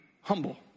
humble